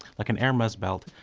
like an hermes belt,